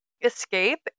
escape